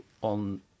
on